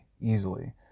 easily